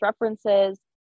references